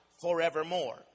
forevermore